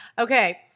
Okay